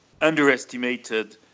underestimated